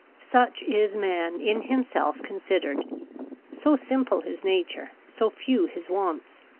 such is man in himself considered so simple his nature so few his wants.